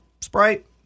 Sprite